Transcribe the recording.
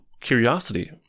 curiosity